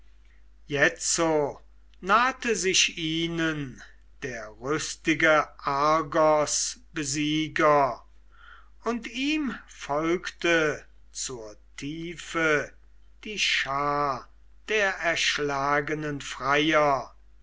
jetzo nahte sich ihnen der rüstige argosbesieger und ihm folgte zur tiefe die schar der erschlagenen freier